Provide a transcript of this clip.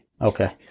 Okay